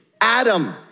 Adam